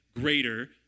greater